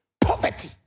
poverty